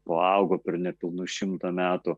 paaugo per nepilnus šimtą metų